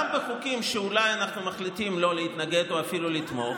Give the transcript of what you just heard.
גם בחוקים שאולי אנחנו מחליטים לא להתנגד או אפילו לתמוך,